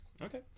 Okay